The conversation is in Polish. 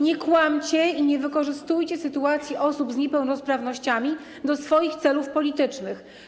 Nie kłamcie i nie wykorzystujcie sytuacji osób z niepełnosprawnościami do swoich celów politycznych.